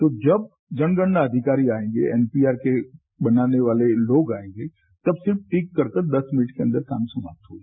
तो जब जनगणना अधिकारी आएंगे एनपीआर के बनाने वाले लोग आएंगे तब सिर्फ टिक करके दस मिनट के अंदर काम समाप्त होगा